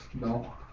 No